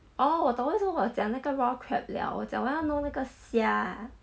orh 我懂为什么我讲那个 raw crab 了我讲我要弄那个虾